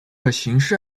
刑事